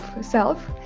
self